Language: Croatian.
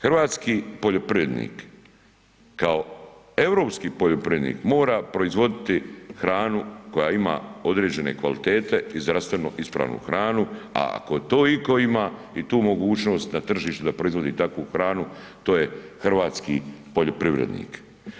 Hrvatski poljoprivrednik kao europski poljoprivrednik mora proizvoditi hranu koja ima određene kvalitete i zdravstveno ispravnu hranu, a ako to iko ima i tu mogućnost na tržištu da proizvodi takvu hranu, to je hrvatski poljoprivrednik.